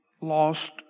lost